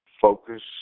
focus